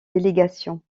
délégation